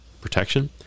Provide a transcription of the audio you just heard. protection